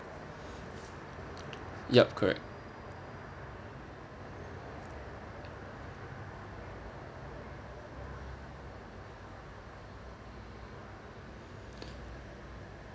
yup correct